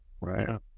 right